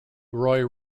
roy